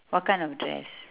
what kind of dress